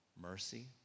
mercy